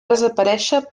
desaparèixer